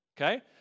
Okay